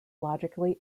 logically